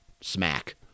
smack